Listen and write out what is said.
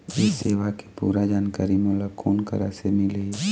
ये सेवा के पूरा जानकारी मोला कोन करा से मिलही?